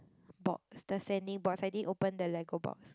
box the Sany box I didn't open the Lego box